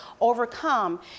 overcome